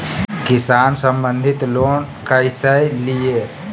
किसान संबंधित लोन कैसै लिये?